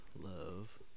love